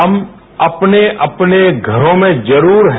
हम अपने अपने घरों में जरूर हैं